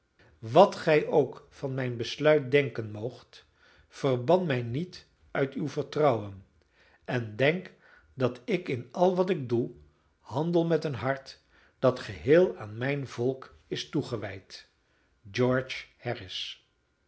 wat gij ook van mijn besluit denken moogt verban mij niet uit uw vertrouwen en denk dat ik in al wat ik doe handel met een hart dat geheel aan mijn volk is toegewijd george harris